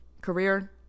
Career